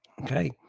Okay